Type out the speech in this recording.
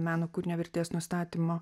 meno kūrinio vertės nustatymo